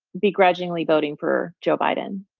begrudgingly voting for joe biden.